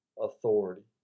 authority